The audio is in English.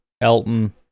Elton